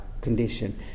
condition